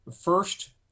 First